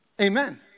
Amen